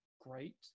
great